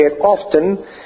often